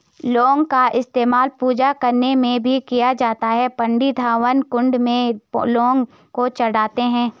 लौंग का इस्तेमाल पूजा करने में भी किया जाता है पंडित हवन कुंड में लौंग को चढ़ाते हैं